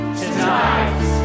tonight